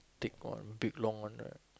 thick one big long one right